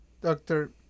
Doctor